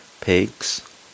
Pigs